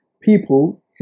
people